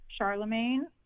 Charlemagne